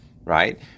Right